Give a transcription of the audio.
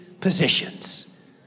positions